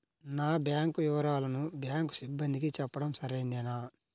నా బ్యాంకు వివరాలను బ్యాంకు సిబ్బందికి చెప్పడం సరైందేనా?